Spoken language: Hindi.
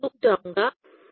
मैं यहां रुक जाऊंगा